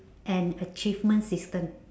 an achievement system